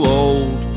old